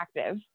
active